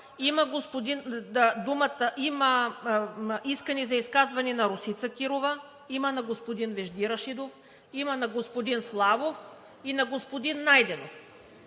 Има искане за изказване на Росица Кирова. Има на господин Вежди Рашидов. Има на господин Славов и на господин Найденов.